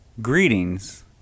Greetings